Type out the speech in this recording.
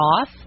off